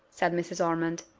said mrs. ormond,